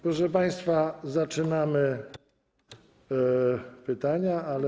Proszę państwa, zaczynamy pytania, ale.